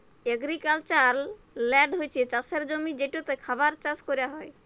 agricultural land হছে চাষের জমি যেটতে খাবার চাষ ক্যরা হ্যয়